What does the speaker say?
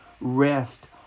rest